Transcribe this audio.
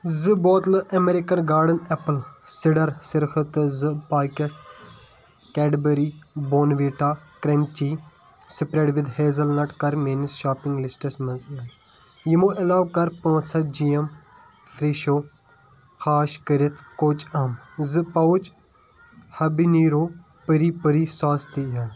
زٕ بوتلہٕ American garden apple cider سِرکہٕ تہٕ زٕ packet Cadbury Bournvita crunchy spread with hazel nut کَر میٛٲنِس شاپنٛگ لسٹَس منٛز یِمو علاوٕ کَر پانٛژھ ہَتھ جی ایٚم فرٛیٚشو خاش کٔرِتھ کوٚچ اَمب زٕ پَوٕچ ہبِنیٖرو پٔری پٔری ساس تہِ ایٚڈ